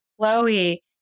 Chloe